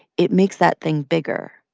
it makes that thing bigger.